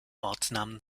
ortsnamen